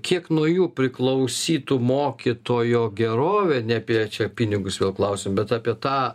kiek nuo jų priklausytų mokytojo gerovė ne apie čia pinigus vėl klausiu bet apie tą